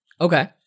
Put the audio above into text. Okay